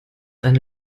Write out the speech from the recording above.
eine